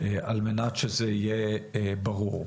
על מנת שזה יהיה ברור.